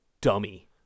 dummy